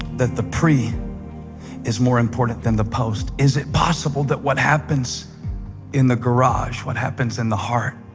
that the pre is more important than the post? is it possible that what happens in the garage, what happens in the heart,